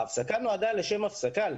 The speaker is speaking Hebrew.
ההפסקה נועדה לשם הפסקה,